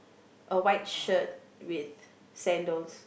a white shirt with sandals